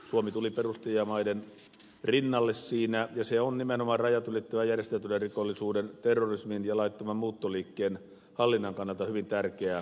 suomi tuli perustajamaiden rinnalle siinä ja se on nimenomaan rajat ylittävän järjestäytyneen rikollisuuden terrorismin ja laittoman muuttoliikkeen hallinnan kannalta hyvin tärkeä lähestymistapa